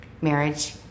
marriage